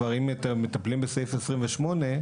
כבר אם אתם מטפלים בסעיף 28,